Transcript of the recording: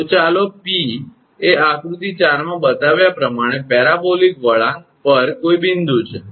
તો ચાલો 𝑃 એ આકૃતિ ચારમાં બતાવ્યા પ્રમાણે પેરાબોલિક વળાંક પર કોઈ બિંદુ છે